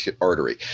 artery